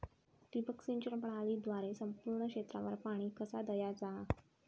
ठिबक सिंचन प्रणालीद्वारे संपूर्ण क्षेत्रावर पाणी कसा दयाचा?